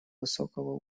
высокого